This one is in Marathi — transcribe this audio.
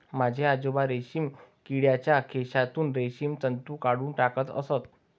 माझे आजोबा रेशीम किडीच्या कोशातून रेशीम तंतू काढून टाकत असत